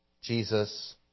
Jesus